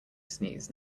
sneeze